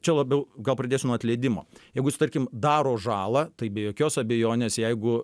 čia labiau gal pradėsiu nuo atleidimo jeigu jis tarkim daro žalą tai be jokios abejonės jeigu